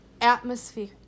atmosphere